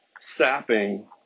sapping